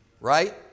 Right